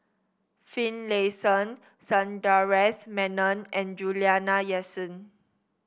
Finlayson Sundaresh Menon and Juliana Yasin